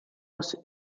muss